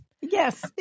Yes